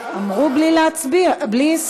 אמרו בלי שר.